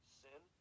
sin